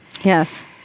Yes